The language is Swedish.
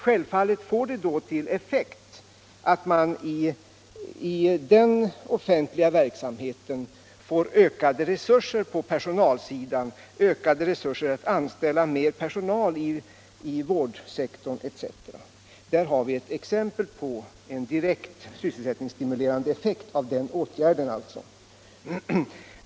Självfallet ger det till effekt att man i den offentliga verksamheten får ökade resurser på personalsidan, ökade resurser att anställa mer personal inom vårdsektorn etc. Där har vi alltså ett exempel på en direkt sysselsättningsstimulerande effekt av den ifrågavarande åtgärden.